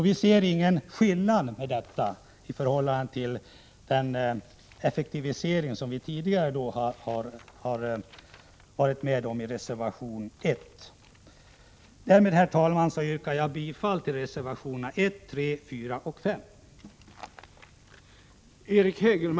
Vi ser ingen skillnad här, i förhållande till den effektivisering som vi tidigare har varit med om i reservation 1. Därmed, herr talman, yrkar jag bifall till reservationerna 1, 3, 4 och 5.